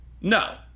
No